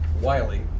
Wiley